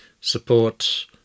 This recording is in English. support